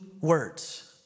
words